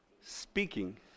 speaking